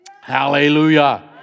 Hallelujah